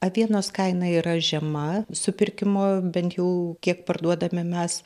avienos kaina yra žema supirkimo bent jau kiek parduodame mes